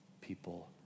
people